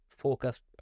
focus